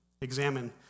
examine